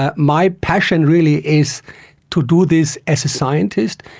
ah my passion really is to do this as a scientist,